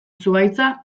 zuhaitza